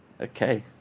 Okay